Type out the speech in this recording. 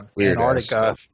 Antarctica